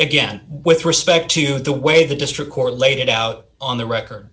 again with respect to the way the district court laid it out on the record